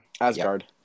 Asgard